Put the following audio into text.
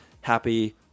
happy